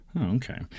Okay